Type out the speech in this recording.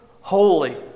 holy